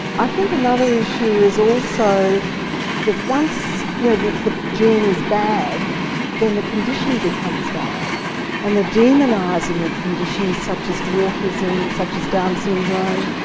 i think another issue is also that once yeah the the gene is bad then the condition becomes bad and the demonising of conditions such as dwarfism, such as down syndrome,